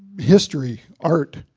history, art,